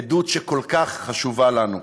עדות שכל כך חשובה לנו.